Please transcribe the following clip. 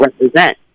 represent